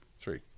three